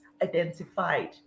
identified